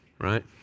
right